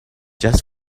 just